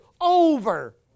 over